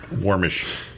warmish